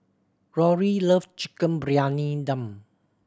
Rory love Chicken Briyani Dum